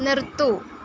നിർത്തൂ